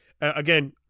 Again